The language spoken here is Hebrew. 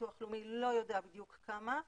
לביטוח לאומי לא יודע בדיוק כמה,